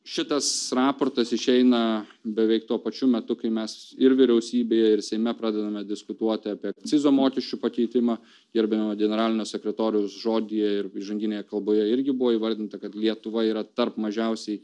šitas raportas išeina beveik tuo pačiu metu kai mes ir vyriausybėje ir seime pradedame diskutuoti apie akcizo mokesčių pakeitimą gerbiamo generalinio sekretoriaus žodyje ir įžanginėje kalboje irgi buvo įvardinta kad lietuva yra tarp mažiausiai